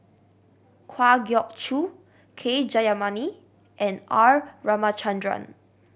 Kwa Geok Choo K Jayamani and R Ramachandran